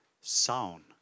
Sound